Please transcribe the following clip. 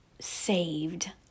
saved